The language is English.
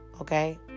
Okay